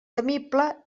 temible